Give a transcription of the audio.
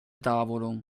tavolo